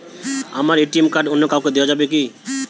আমার ATM card অন্য কাউকে দেওয়া যাবে কি?